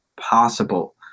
possible